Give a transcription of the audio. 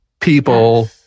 people